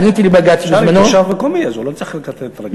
אפשר מרכז מקומי, אז לא יצטרך לכתת את רגליו.